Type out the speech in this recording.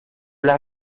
las